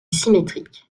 symétrique